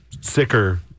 sicker